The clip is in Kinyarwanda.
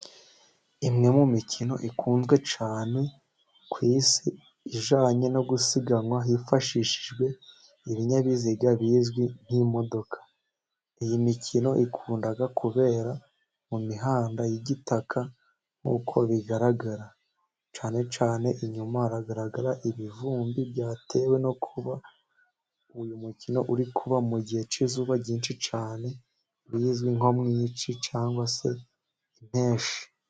Imwe mu mikino ikunzwe cyane ku isi ijyanye no gusiganwa hifashishijwe ibinyabiziga bizwi nk'imodoka. Iyi mikino ikunda kubera mu mihanda y'igitaka, nk'uko bigaragara cyane cyane, inyuma hagaragara ibivumbi ryatewe no kuba uyu mukino uri kuba mu gihe cy'izuba ryinshi cyane rizwi nko mu cyi cyangwa se impeshi.